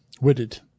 Witted